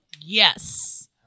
Yes